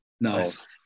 Nice